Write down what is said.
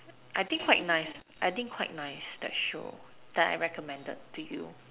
I think quite nice I think quite nice that show that I recommended to you